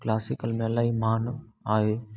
classical में अलाई मानु आहे